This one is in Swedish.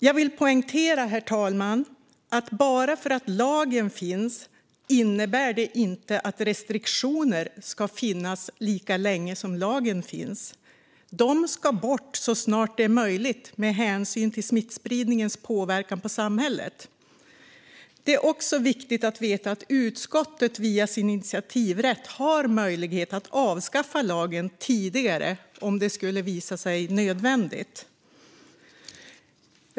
Jag vill poängtera, herr talman, att bara för att lagen finns innebär inte detta att restriktioner ska finnas lika länge som lagen finns. De ska bort så snart det är möjligt med hänsyn till smittspridningens påverkan på samhället. Det är också viktigt att veta att utskottet via sin initiativrätt har möjlighet att avskaffa lagen tidigare om det skulle visa sig nödvändigt.